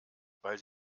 weil